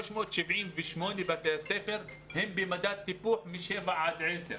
378 בתי ספר במדד טיפוח משבע עד עשר.